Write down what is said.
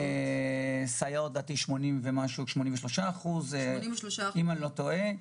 סייעות זה 83% אם אני לא טועה,